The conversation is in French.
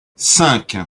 cinq